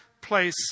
place